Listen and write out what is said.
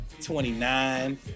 29